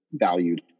valued